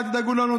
אל תדאגו לנו.